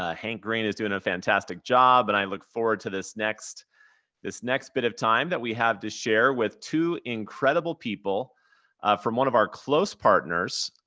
ah hank green is doing a fantastic job and i look forward to this next this next bit of time that we have to share with two incredible people from one of our close partners,